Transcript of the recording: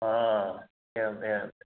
हा एवं एवम्